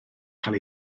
cael